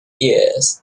years